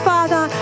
Father